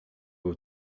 był